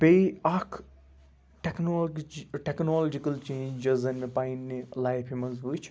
بیٚیہِ اَکھ technology technological change یوٚس زَن مےٚ پنٛنہِ لایفہِ منٛز وٕچھ